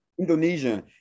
Indonesian